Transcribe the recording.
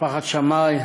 משפחת שמאי,